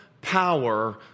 power